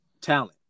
talent